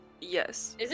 Yes